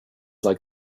like